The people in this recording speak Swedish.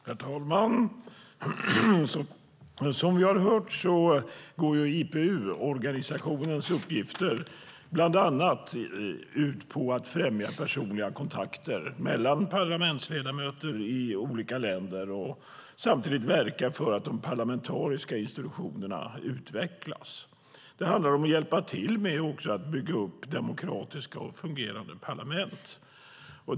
Herr talman! Som vi har hört går organisationen IPU:s uppgifter bland annat ut på att främja personliga kontakter mellan parlamentsledamöter i olika länder och att samtidigt verka för att de parlamentariska institutionerna utvecklas. Det handlar också om att hjälpa till med att bygga upp demokratiska och fungerande parlament.